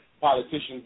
politicians